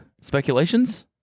speculations